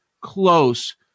close